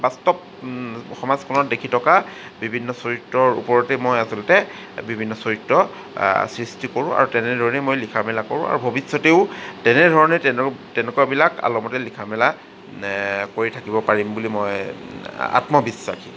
বাস্তৱ সমাজখনত দেখি থকা বিভিন্ন চৰিত্ৰৰ ওপৰতে মই আচলতে বিভিন্ন চৰিত্ৰ সৃষ্টি কৰোঁ আৰু তেনেধৰণেই মই লিখা মেলা কৰোঁ আৰু ভৱিষ্যতেও তেনেধৰণেই তেনে তেনেকুৱাবিলাক আলমতে লিখা মেলা কৰি থাকিব পাৰিম বুলি মই আত্মবিশ্বাসী